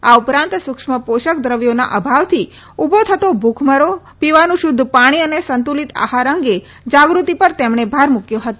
આ ઉપરાંત સૂક્ષ્મપોષક દ્રવ્યોના અભાવથી ઉભો થતો ભૂખમરો પીવાનું શુદ્ધ પાણી અને સંતુલીત આહાર અંગે જાગૃતિ પર તેમણે ભાર મૂક્યો હતો